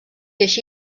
així